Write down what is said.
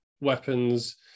weapons